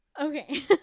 Okay